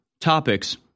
topics